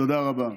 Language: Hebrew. תודה רבה.